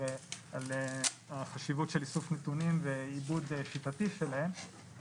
על החשיבות של איסוף נתונים ועיבוד שיטתי שלהם,